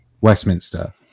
Westminster